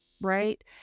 Right